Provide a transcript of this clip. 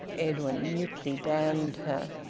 edwin mutely damned her.